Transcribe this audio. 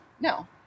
no